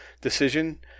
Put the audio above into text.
decision